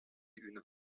une